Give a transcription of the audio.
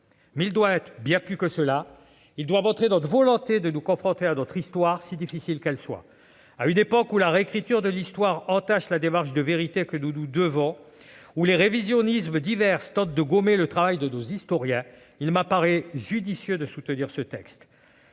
Mais il doit être bien plus que cela : il doit montrer notre volonté de nous confronter à notre histoire, si difficile soit-elle. En des temps où la réécriture du passé entache la démarche de vérité que nous nous devons à nous-mêmes, où les révisionnismes en tout genre tentent de gommer le travail de nos historiens, il m'apparaît judicieux de soutenir ce texte.